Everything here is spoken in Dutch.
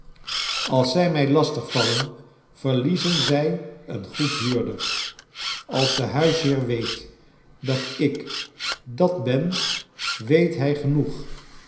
als zij mij lastig vallen verliezen zij een goed huurder als de huisheer weet dat ik dat ben weet hij genoeg